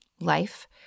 life